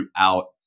throughout